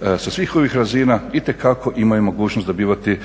sa svih ovih razina itekako imaju mogućnost dobivati